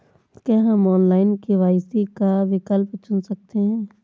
क्या हम online KYC का विकल्प चुन सकते हैं?